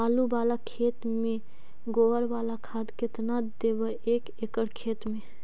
आलु बाला खेत मे गोबर बाला खाद केतना देबै एक एकड़ खेत में?